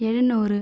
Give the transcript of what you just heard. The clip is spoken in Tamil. எழுநூறு